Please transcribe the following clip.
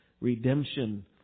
redemption